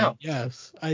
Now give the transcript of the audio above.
Yes